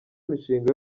imishinga